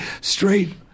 straight